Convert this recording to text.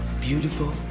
beautiful